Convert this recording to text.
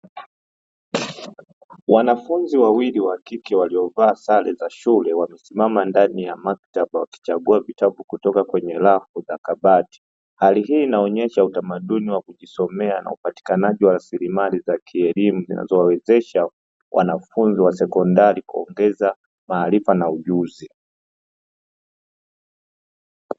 Wanafunzi wawili wa kike waliovaa sare za shule wakisimama ndani ya maktaba wakichagua vitabu kutoka kwenye rafu za kabati, hali hii inaonyesha utamaduni wa kujisomea na upatikanaji wa rasilimali za kielimu zinazowawezesha wanafunzi wa sekondari kuongeza maarifa na ujuzi.